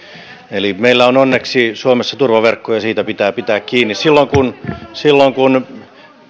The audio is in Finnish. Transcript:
eli meillä on onneksi suomessa turvaverkko ja siitä pitää pitää kiinni silloin kun silloin kun